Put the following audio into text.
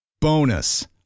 Bonus